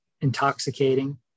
intoxicating